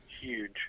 huge